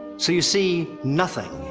so you see nothing,